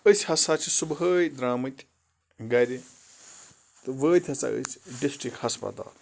أسۍ ہسا چھِ صُبحٲے درٛامٕتۍ گَرِ تہٕ وٲتۍ ہسا أسۍ ڈِسٹِرٛک ہَسپَتال